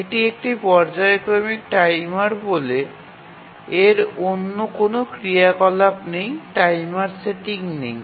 এটি একটি পর্যায়ক্রমিক টাইমার বলে এর অন্য কোনও ক্রিয়াকলাপ নেই টাইমার সেটিং নেই